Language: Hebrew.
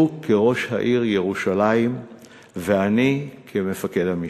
הוא כראש העיר ירושלים ואני כמפקד המשטרה.